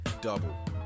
Double